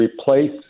replace